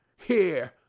here!